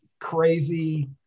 crazy